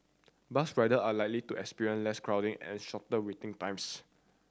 bus rider are likely to experience less crowding and shorter waiting times